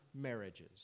marriages